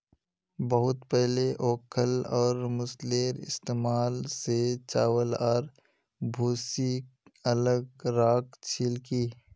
बहुत पहले ओखल और मूसलेर इस्तमाल स चावल आर भूसीक अलग राख छिल की